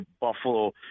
Buffalo